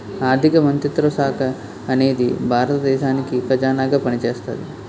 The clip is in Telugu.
ఆర్ధిక మంత్రిత్వ శాఖ అనేది భారత దేశానికి ఖజానాగా పనిచేస్తాది